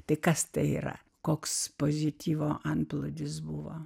tai kas tai yra koks pozityvo antplūdis buvo